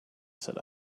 said